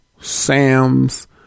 Sam's